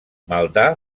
maldà